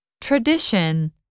TRADITION